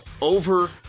over